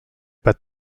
pas